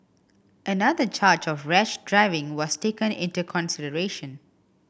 another charge of rash driving was taken into consideration